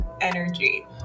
energy